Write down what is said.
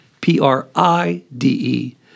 P-R-I-D-E